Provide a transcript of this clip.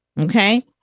Okay